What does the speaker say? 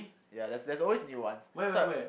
ya there's there's always new ones so I